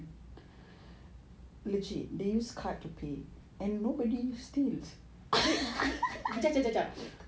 jap jap jap jap jap